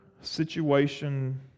situation